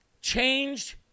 Changed